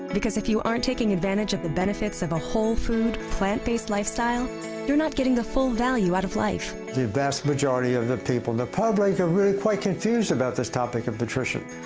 because if you aren't taking advantage of the benefits of a whole food plant-based lifestyle you're not getting the full value out of life. the vast majority of the people the public are really quite confused about this topic of nutrition.